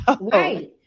Right